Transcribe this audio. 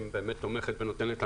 אני רוצה להודות,